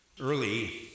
Early